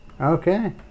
Okay